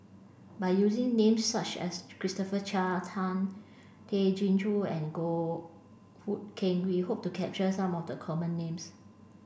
by using names such as Christopher Chia Tan Tay Chin Joo and Goh Hood Keng we hope to capture some of the common names